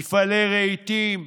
מפעלי רהיטים.